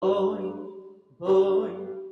אוי, אוי.